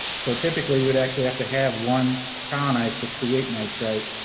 so typically, you would actually have to have one colonize to create nitrite,